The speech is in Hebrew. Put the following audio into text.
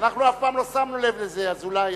אף פעם לא שמנו לב לזה, אז אולי,